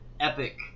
epic